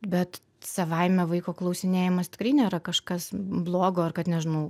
bet savaime vaiko klausinėjimas tikrai nėra kažkas blogo ar kad nežinau